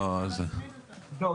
לא,